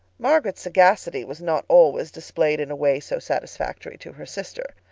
margaret's sagacity was not always displayed in a way so satisfactory to her sister.